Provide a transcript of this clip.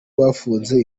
bafunze